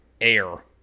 air